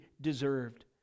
deserved